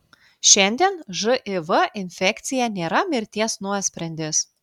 šiandien živ infekcija nėra mirties nuosprendis